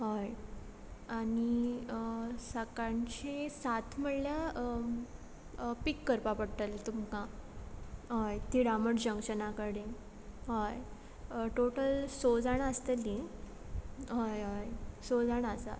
हय आनी सकानचें सात म्हणल्या पीक करपा पडटलें तुमकां हय तिडामड जंक्शना कडेन हय टोटल सो जाणां आसतलीं हय हय सो जाणां आसा